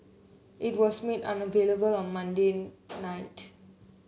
it was made unavailable on Monday night